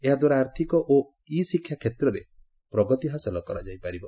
ଏହାଦ୍ୱାରା ଆର୍ଥିକ ଓ ଇ ଶିକ୍ଷା କ୍ଷେତ୍ରରେ ପ୍ରଗତି ହାସଲ କରାଯାଇପାରିବ